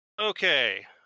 Okay